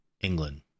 England